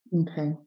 Okay